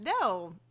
no